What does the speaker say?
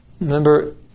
Remember